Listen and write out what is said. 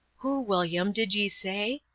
who, william, did ye say?